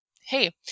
hey